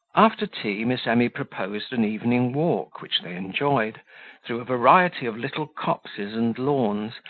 after tea, miss emy proposed an evening walk, which they enjoyed through a variety of little copses and lawns,